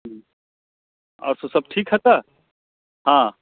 हूँ आओर सभ सभ ठीक हय तऽ हँ